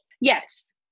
yes